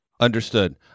Understood